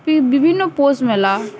বিভিন্ন পোষ মেলা